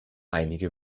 einige